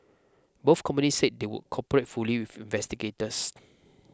both companies said they would cooperate fully with investigators